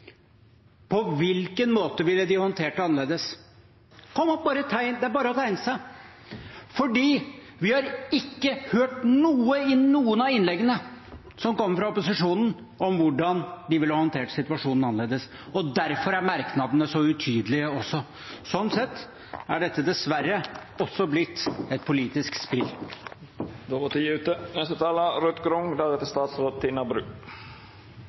På hvilken måte ville de håndtert det annerledes? Det er bare å tegne seg, for vi har ikke hørt noe i noen av innleggene som kommer fra opposisjonen, om hvordan de ville håndtert situasjonen annerledes. Derfor er merknadene også så utydelige. Sånn sett er dette dessverre også blitt et politisk spill.